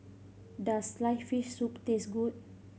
does sliced fish soup taste good